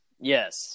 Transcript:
Yes